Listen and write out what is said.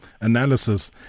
analysis